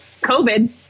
COVID